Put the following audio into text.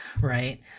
right